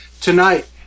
Tonight